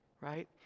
right